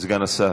השר.